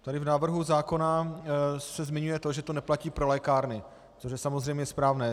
Tady v návrhu zákona se zmiňuje to, že to neplatí pro lékárny, což je samozřejmě správné.